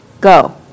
Go